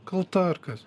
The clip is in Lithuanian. kalta ar kas